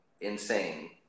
insane